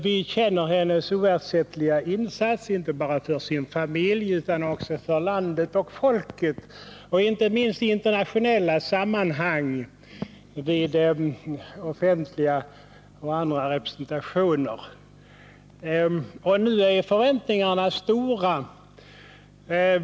Vi känner till hennes oersättliga insatser inte bara för den kungliga familjen utan också för landet och folket — inte minst i internationella sammanhang i samband med offentlig och annan representation. Nu är förväntningarna stora.